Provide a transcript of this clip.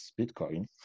Bitcoin